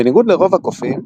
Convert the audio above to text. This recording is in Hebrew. בניגוד לרוב הקופים,